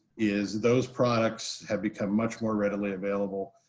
is those products have become much more readily available.